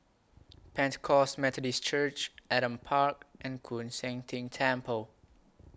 Pentecost Methodist Church Adam Park and Koon Seng Ting Temple